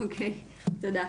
אוקיי, תודה.